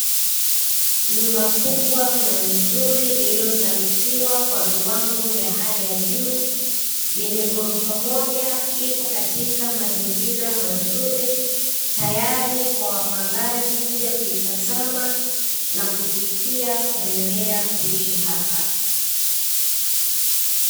Nyumba kubwa na nzuri iliyosanifiwa kwa viwango vya hali ya juu yenye ghorofa moja ipo katika mazingira mazuri, tayari kwa wapangaji kuja kuitazama na kuilipia kuendelea kuishi hapa.